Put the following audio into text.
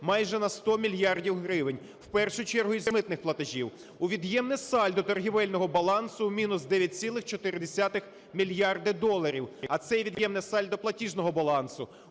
майже на 100 мільярдів гривень, в першу чергу з митних платежів, у від'ємне сальдо торгівельного балансу – мінус 9,4 мільярда доларів, а це є від'ємне сальдо платіжного балансу,